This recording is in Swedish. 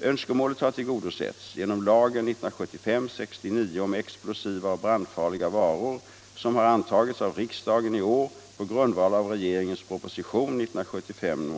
Önskemålet har tillgodosetts genom lagen om explosiva och brandfarliga varor, som har antagits av riksdagen i år på grundval av regeringens proposition 1975:8.